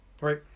right